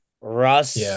Russ